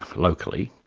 locally,